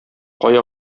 кая